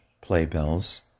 playbills